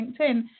LinkedIn